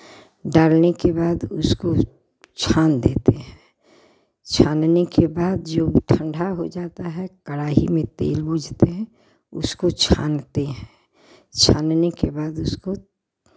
डालने के बाद उसको छान देते हैं छानने के बाद जब वो ठंडा हो जाता है कड़ाही में तेल भूजते है उसको छानते हैं छानने के बाद उसको